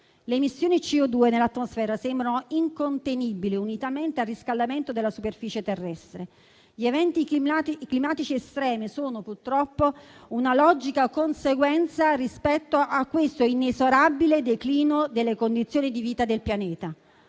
carbonica nell'atmosfera sembrano incontenibili, unitamente al riscaldamento della superficie terrestre; gli eventi climatici estremi sono purtroppo una logica conseguenza di questo inesorabile declino delle condizioni di vita del pianeta.